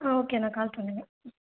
ஆ okay அண்ணா call பண்ணுங்கள்